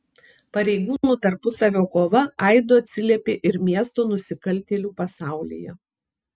pareigūnų tarpusavio kova aidu atsiliepė ir miesto nusikaltėlių pasaulyje